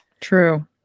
True